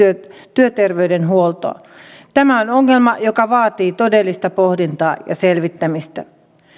työterveydenhuoltoa tämä on ongelma joka vaatii todellista pohdintaa ja selvittämistä